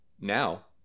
Now